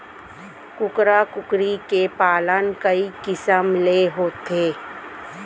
कुकरा कुकरी के पालन कई किसम ले होथे